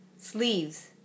Sleeves